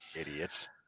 Idiots